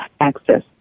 access